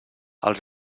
els